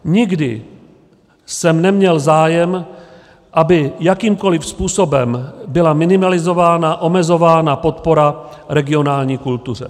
Nikdy jsem neměl zájem, aby jakýmkoli způsobem byla minimalizována, omezována podpora regionální kultuře.